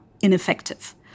ineffective